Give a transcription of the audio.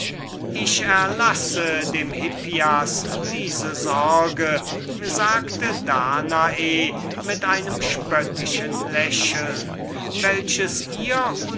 ich erlasse dem hippias diese sorge sagte danae mit einem spöttischen lächeln welches ihr